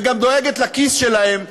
וגם דואגת לכיס שלהם,